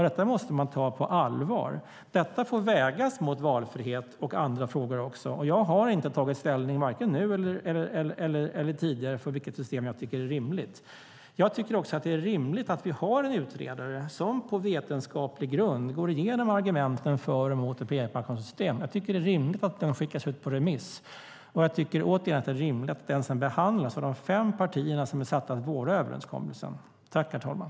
Detta måste tas på allvar och vägas mot valfrihet och andra frågor. Jag har inte tagit ställning, vare sig nu eller tidigare, för vilket system jag tycker är rimligt. Jag tycker att det är rimligt att vi har en utredare som på vetenskaplig grund går igenom argumenten för och emot ett premiepensionssystem och att utredningen skickas ut på remiss. Jag tycker också att det är rimligt att den sedan behandlas av de fem partier som är satta att vårda överenskommelsen.